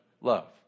love